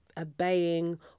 obeying